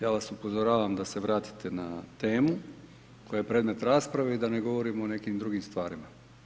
Ja vas upozoravam da se vratite na temu, koja je predmet rasprave i da ne govorimo o nekim drugim stvarima.